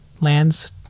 lands